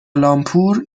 لامپور